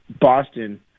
Boston